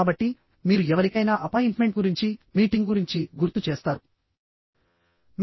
కాబట్టి మీరు ఎవరికైనా అపాయింట్మెంట్ గురించి మీటింగ్ గురించి గుర్తు చేస్తారు